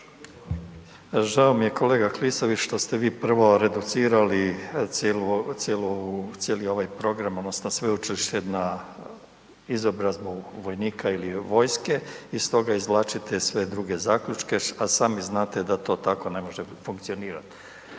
žao mi je kolega Klisović što ste vi prvo reducirali cijelu ovu, cijelu ovu, cijeli ovaj program odnosno sveučilište na izobrazbu vojnika ili vojske, iz toga izvlačite sve druge zaključke, a sami znate da to tako ne može funkcionirati.